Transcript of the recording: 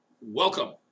welcome